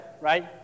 right